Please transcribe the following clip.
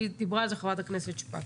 דיברה על זה גם חברת הכנסת שפק